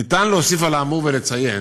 אפשר להוסיף על האמור ולציין,